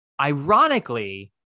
ironically